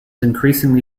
increasingly